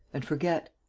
and forget.